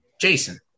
Jason